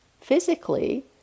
physically